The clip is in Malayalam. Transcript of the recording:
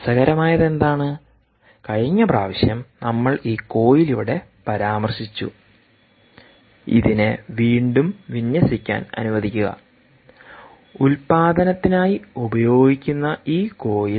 രസകരമായത് എന്താണ് കഴിഞ്ഞപ്രാവശ്യംനമ്മൾ ഈ കോയിൽ ഇവിടെ പരാമർശിച്ചു ഇതിനെ വീണ്ടും വിന്യസിക്കാൻ അനുവദിക്കുക ഉൽപ്പാദനത്തിനായി ഉപയോഗിക്കുന്ന ഈ കോയിൽ